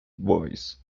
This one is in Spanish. boys